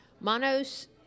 Manos